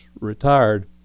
retired